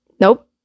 nope